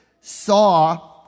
saw